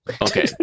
Okay